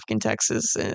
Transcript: Texas